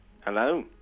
Hello